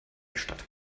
statt